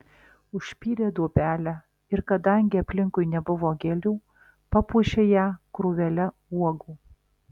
užpylė duobelę ir kadangi aplinkui nebuvo gėlių papuošė ją krūvele uogų